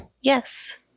Yes